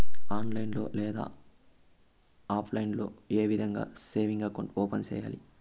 online లో లేదా offline లో ఏ విధంగా సేవింగ్ అకౌంట్ ఓపెన్ సేయాలి